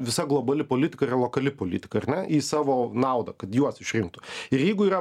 visa globali politika yra lokali politika ar ne į savo naudą kad juos išrinktų ir jeigu yra